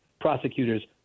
prosecutors